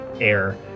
air